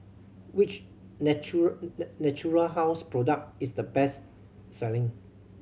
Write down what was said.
which Natura Natura House product is the best selling